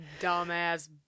dumbass